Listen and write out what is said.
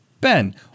Ben